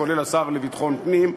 כולל השר לביטחון פנים.